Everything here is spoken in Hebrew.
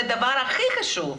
והדבר הכי חשוב,